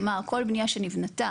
כלומר, כל בנייה שנבנתה